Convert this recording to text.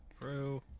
True